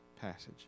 passage